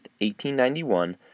1891